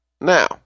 Now